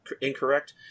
incorrect